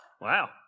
Wow